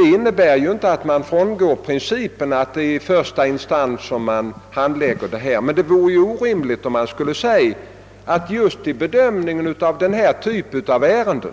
Det innebär dock inte att man frångår principen att dessa ärenden i första hand skall handläggas i första instans. Det vore orimligt om det, just vid bedömningen av denna typ av ärenden,